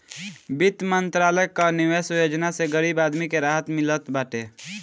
वित्त मंत्रालय कअ निवेश योजना से गरीब आदमी के राहत मिलत बाटे